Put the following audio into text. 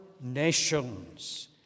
nations